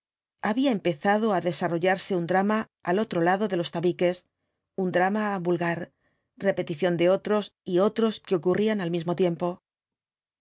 había empezado á desarrollarse un drama al otro lado de los tabiques un drama vulgar repetición de otros y otros que ocurrían al mismo tiempo ella